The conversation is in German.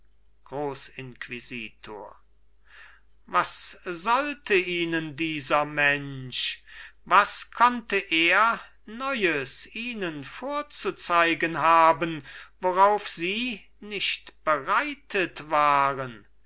grossinquisitor was sollte ihnen dieser mensch was konnte er neues ihnen vorzuzeigen haben worauf sie nicht bereitet waren